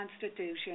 Constitution